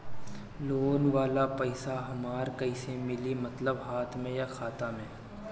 Loan वाला पैसा हमरा कइसे मिली मतलब हाथ में या खाता में?